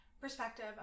perspective